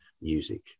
music